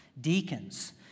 deacons